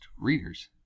readers